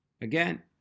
Again